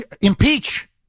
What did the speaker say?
Impeach